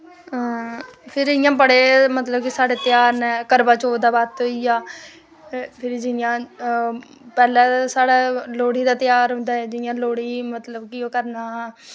फिर इ'यां बड़े मतलव कि साढ़े ध्यार नै करवा चौथ दा बर्त होई गेआ फिर जियां पैह्लै ते साढ़ै लोह्ड़ी दा ध्याहर होंदे ऐ जियां लोह्ड़ी मतलव की ओह् करना